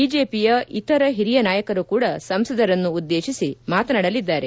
ಬಿಜೆಪಿಯ ಇತರ ಹಿರಿಯ ನಾಯಕರು ಕೂಡ ಸಂಸದರನ್ನು ಉದ್ದೇಶಿಸಿ ಮಾತನಾಡಲಿದ್ದಾರೆ